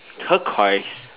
turquoise